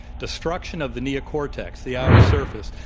destruction of the neocortex, the outer surface,